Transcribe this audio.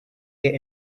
get